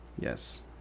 Yes